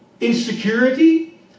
insecurity